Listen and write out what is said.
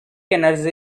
energy